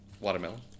Watermelon